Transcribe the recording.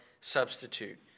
substitute